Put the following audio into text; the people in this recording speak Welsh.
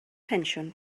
pensiwn